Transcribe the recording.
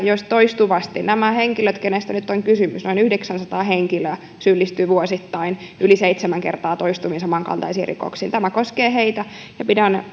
jos nämä henkilöt keistä nyt on kysymys noin yhdeksänsataa henkilöä syyllistyyvät vuosittain yli seitsemän kertaa toistuviin samankaltaisiin rikoksiin että tämä koskee heitä pidän